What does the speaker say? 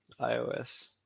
iOS